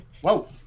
Whoa